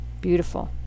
Beautiful